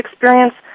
experience